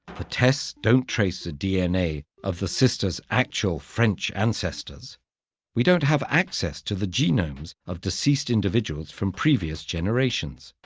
ah tests don't trace the dna of the sisters' actual french ancestors we don't have access to the genomes of deceased individuals from previous generations.